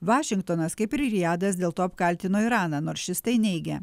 vašingtonas kaip ir rijadas dėl to apkaltino iraną nors šis tai neigia